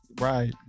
right